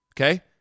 Okay